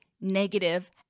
negative